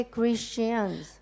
Christians